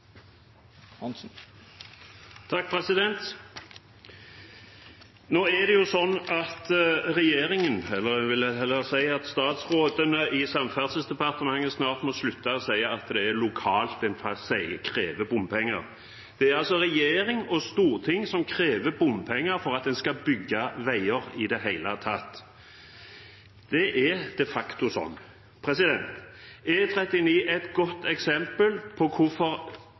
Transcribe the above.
Nå er det sånn at regjeringen, eller jeg vil heller si statsrådene i Samferdselsdepartementet, snart må slutte å si at det er lokalt en krever bompenger. Det er altså regjering og storting som krever bompenger for at en skal bygge veier i det hele tatt. Det er de facto sånn. E39 er et godt eksempel på hvorfor